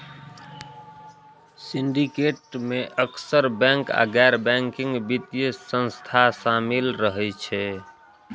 syndicate मे अक्सर bank आ गैर बैंकिंग वित्तीय संस्था शामिल रहै छै